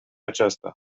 aceasta